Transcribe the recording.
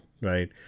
Right